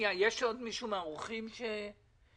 יש עוד מישהו מן האורחים שרוצה להתייחס?